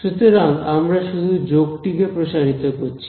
সুতরাং আমরা শুধু যোগ টিকে প্রসারিত করেছি